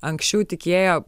anksčiau tikėjo